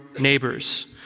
neighbor's